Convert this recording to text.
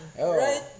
right